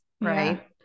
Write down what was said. right